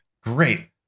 great